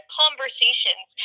conversations